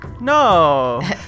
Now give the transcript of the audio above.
No